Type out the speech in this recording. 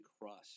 Crust